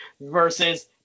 versus